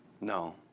No